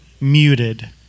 muted